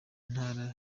ntara